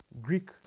Greek